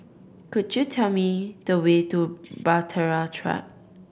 could you tell me the way to Bahtera Track